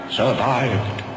survived